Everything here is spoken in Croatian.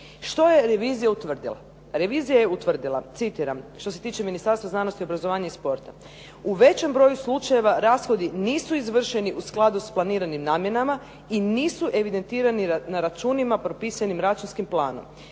Što je revizija utvrdila? Revizija je utvrdila, citiram, što se tiče Ministarstva znanosti, obrazovanja i sporta, "u većem broju slučajeva rashodi nisu izvršeni u skladu s planiranim namjenama i nisu evidentirani na računima propisanim računskim planom.